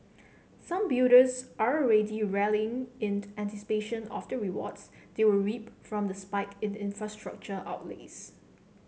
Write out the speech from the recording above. some builders are already rallying in anticipation of the rewards they will reap from the spike in infrastructure outlays